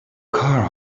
car